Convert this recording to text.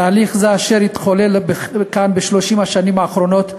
תהליך זה, אשר התחולל כאן ב-30 השנים האחרונות,